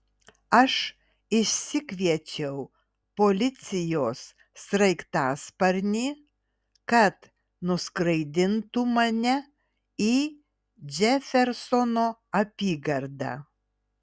aš išsikviečiau policijos sraigtasparnį kad nuskraidintų mane į džefersono apygardą